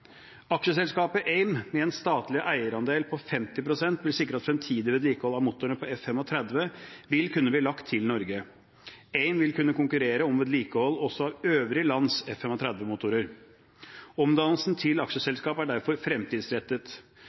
Aksjeselskapet AIM med en statlig eierandel på 50 pst. vil sikre at fremtidig vedlikehold av motorene på F-35 vil kunne bli lagt til Norge. AIM vil kunne konkurrere om vedlikehold også av øvrige lands F-35-motorer. Omdannelsen til aksjeselskap er derfor fremtidsrettet.